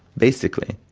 basically,